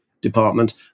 department